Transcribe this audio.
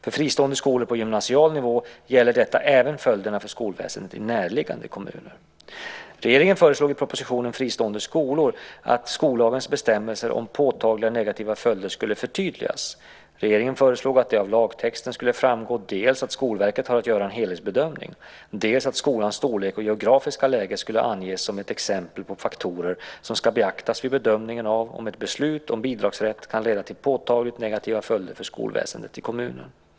För fristående skolor på gymnasial nivå gäller detta även följderna för skolväsendet i närliggande kommuner. Regeringen föreslog i propositionen Fristående skolor att skollagens bestämmelser om påtagliga negativa följder skulle förtydligas. Regeringen föreslog att det av lagtexten skulle framgå dels att Skolverket har att göra en helhetsbedömning, dels att skolans storlek och geografiska läge skulle anges som exempel på faktorer som ska beaktas vid bedömningen av om ett beslut om bidragsrätt kan leda till påtagliga negativa följder för skolväsendet i kommunen.